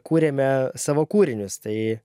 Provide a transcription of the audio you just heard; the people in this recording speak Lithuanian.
kūrėme savo kūrinius tai